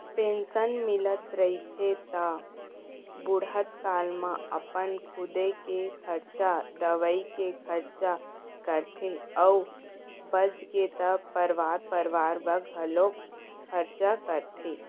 pension मिलत रहिथे त बुड़हत काल म अपन खुदे के खरचा, दवई के खरचा करथे अउ बाचगे त परवार परवार बर घलोक खरचा करथे